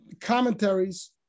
commentaries